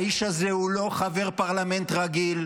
האיש הזה הוא לא חבר פרלמנט רגיל.